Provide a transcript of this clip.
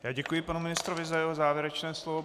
Já děkuji panu ministrovi za jeho závěrečné slovo.